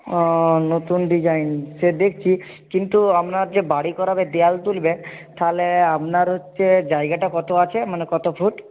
ও নতুন ডিজাইন সে দেখছি কিন্তু আপনার যে বাড়ি করাবে দেওয়াল তুলবে তাহলে আপনার হচ্ছে জায়গাটা কত আছে মানে কত ফুট